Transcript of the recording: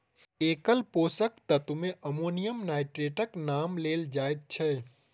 एकल पोषक तत्व मे अमोनियम नाइट्रेटक नाम लेल जाइत छै